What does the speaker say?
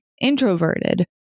introverted